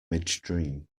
midstream